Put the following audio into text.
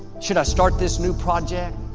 should i start this new project?